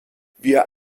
wir